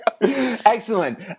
Excellent